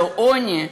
זה פשוט עוני,